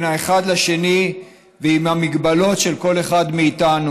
בין האחד לשני, ועם המגבלות של כל אחד מאיתנו.